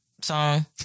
song